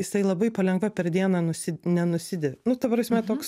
jisai labai palengva per dieną nusi nenusidėvi nu ta prasme toks